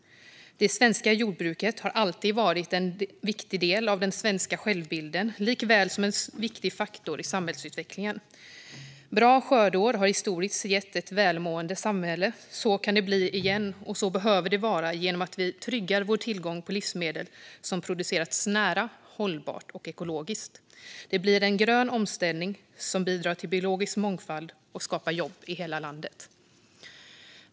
Det svenska jordbruket har alltid varit en viktig del av den svenska självbilden och en viktig faktor i samhällsutvecklingen. Bra skördeår har historiskt gett ett välmående samhälle. Så kan det bli igen, och så behöver det vara genom att vi tryggar vår tillgång på livsmedel som producerats nära, hållbart och ekologiskt. Det blir en grön omställning som bidrar till biologisk mångfald och skapar jobb i hela landet.